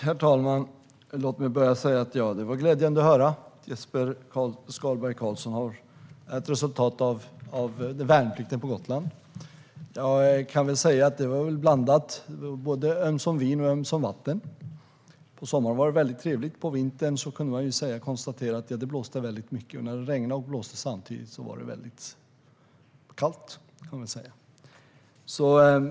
Herr talman! Det var glädjande att höra att Jesper Skalberg Karlsson är ett resultat av värnplikten på Gotland. Det var blandat där - ömsom vin och ömsom vatten. På sommaren var det väldigt trevligt, men på vintern blåste det mycket. När det regnade och blåste samtidigt var det väldigt kallt.